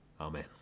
Amen